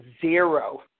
zero